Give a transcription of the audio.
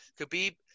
Khabib